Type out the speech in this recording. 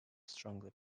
strongly